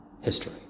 history